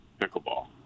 pickleball